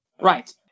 Right